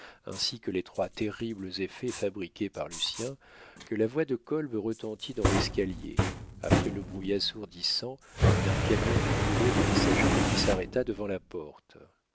ainsi que les trois terribles effets fabriqués par lucien que la voix de kolb retentit dans l'escalier après le bruit assourdissant d'un camion du bureau des messageries qui s'arrêta devant la porte